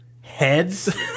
heads